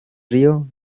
río